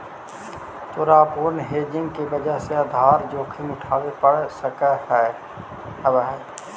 तोरा अपूर्ण हेजिंग के वजह से आधार जोखिम उठावे पड़ सकऽ हवऽ